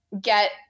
get